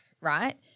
right